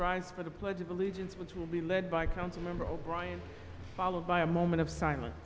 please rise for the pledge of allegiance which will be led by council member brian followed by a moment of silence